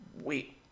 wait